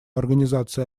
организацией